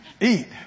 eat